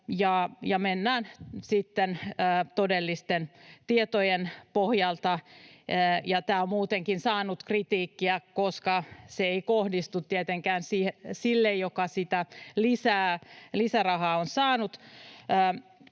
sitten todellisten tietojen pohjalta. Tämä on muutenkin saanut kritiikkiä, koska se ei kohdistu tietenkään sille, joka sitä lisärahaa on saanut.